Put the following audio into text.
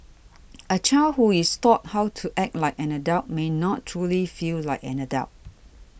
a child who is taught how to act like an adult may not truly feel like an adult